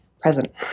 present